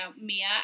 Mia